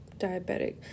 diabetic